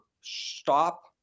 stop